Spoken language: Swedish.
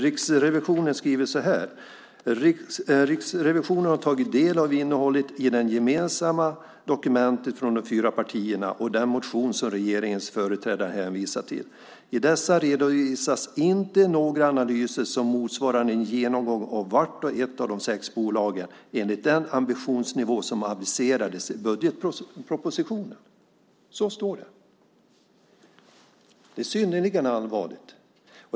Riksrevisionen skriver så här: Revisionen har tagit del av innehållet i det gemensamma dokumentet från de fyra partierna och den motion som regeringens företrädare hänvisar till. I dessa redovisas inte några analyser som motsvarar en genomgång av vart och ett av de sex bolagen enligt den ambitionsnivå som aviserades i budgetpropositionen. Så står det. Det är synnerligen allvarligt.